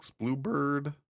Bluebird